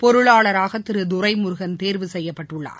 பொருளாளராக திரு துரைமுருகன் தேர்வு செய்யப்பட்டுள்ளார்